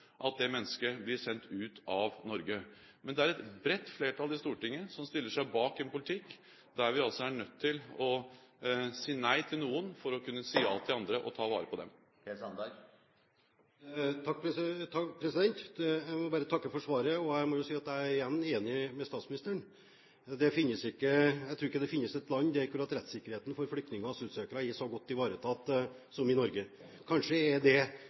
at det mennesket blir sendt ut av Norge. Men det er et bredt flertall i Stortinget som stiller seg bak en politikk der vi er nødt til å si nei til noen for å kunne si ja til andre og ta vare på dem. Jeg må bare takke for svaret, og jeg må si at jeg igjen er enig med statsministeren. Jeg tror ikke det finnes et land der rettssikkerheten for flyktninger og asylsøkere er så godt ivaretatt som i Norge. Kanskje er det,